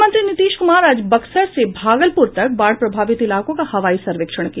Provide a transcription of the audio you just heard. मुख्यमंत्री नीतीश कुमार आज बक्सर से भागलपुर तक बाढ़ प्रभावित इलाकों का हवाई सर्वेक्षण किया